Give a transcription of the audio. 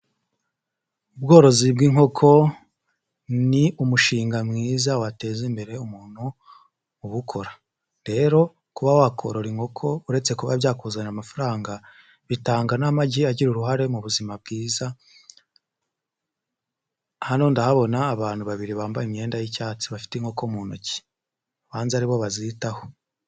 Ubworozi bw'inkoko ni umushinga mwiza wateza imbere umuntu ubukora, rero kuba wakorora inkoko uretse kuba byakuzana amafaranga, bitanga n'amagi agira uruhare mu buzima bwiza, hano nahabona abantu babiri bambaye imyenda y'icyatsi bafite inkoko mu ntoki, ubunza aribo bazitaho.